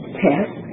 test